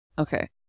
Okay